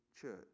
church